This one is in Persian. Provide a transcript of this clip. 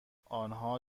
آنها